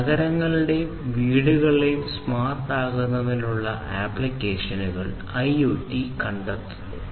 നഗരങ്ങളെയും വീടുകളെയും സ്മാർട്ട് ആക്കുന്നതിനുള്ള ആപ്ലിക്കേഷനുകൾ ഐഒടി കണ്ടെത്തുന്നു